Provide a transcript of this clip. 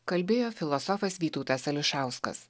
kalbėjo filosofas vytautas ališauskas